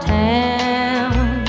town